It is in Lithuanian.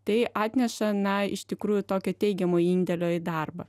tai atneša na iš tikrųjų tokio teigiamo indėlio į darbą